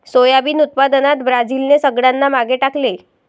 soybean उत्पादनात ब्राझीलने सगळ्यांना मागे टाकले